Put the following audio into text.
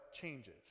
changes